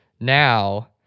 now